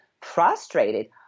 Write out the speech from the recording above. frustrated